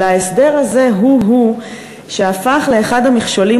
אלא ההסדר הזה הוא-הוא שהפך לאחד המכשולים